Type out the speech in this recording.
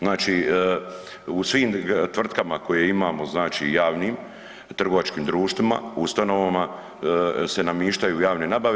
Znači, u svim tvrtkama koje imamo, znači javnim trgovačkim društvima, ustanovama, se namištaju javne nabave.